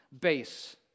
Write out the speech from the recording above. base